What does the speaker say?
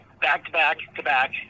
back-to-back-to-back